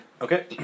Okay